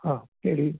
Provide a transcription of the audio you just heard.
ಹಾಂ ಹೇಳಿ